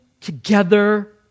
together